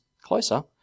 closer